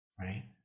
right